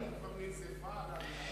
היא כבר ננזפה על האמירה הזאת.